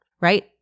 right